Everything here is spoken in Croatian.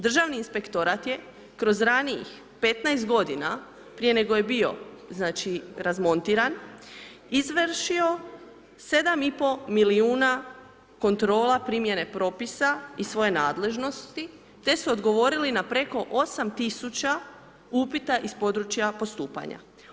Državni inspektorat je, kroz ranijih 15 godina, prije nego je bio znači razmontiran, izvršio 7 i pol milijuna kontrola primjene propisa i svoje nadležnosti te su odgovorili na preko 8000 upita iz područja postupanja.